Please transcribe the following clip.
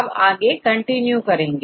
अब आगे कंटिन्यू करेंगे